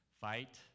Fight